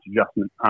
adjustment